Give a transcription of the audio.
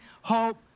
hope